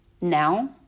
now